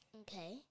Okay